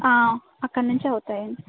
అక్కడ నుంచే పోతాయి అండి